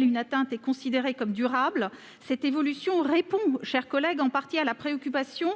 une atteinte est considérée comme durable : cette évolution répond en partie à la préoccupation